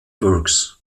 works